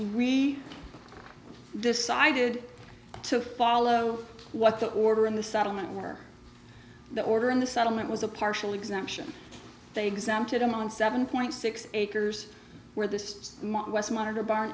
we decided to follow what the order in the settlement were the order in the settlement was a partial exemption they exempted them on seven point six acres where this monitor bar